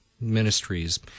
Ministries